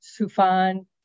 sufan